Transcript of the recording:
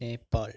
Nepal